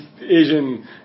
Asian